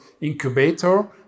incubator